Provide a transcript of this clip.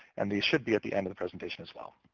and they should be at the end of the presentation, as well.